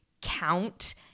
count